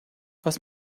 was